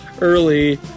early